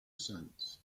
sons